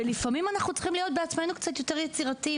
ולפעמים אנחנו צריכים להיות בעצמנו קצת יותר יצירתיים.